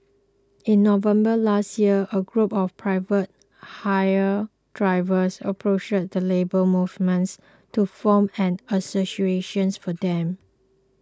in November last year a group of private hire drivers approached the Labour Movements to form an association for them